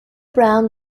brown